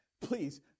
please